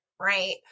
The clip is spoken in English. right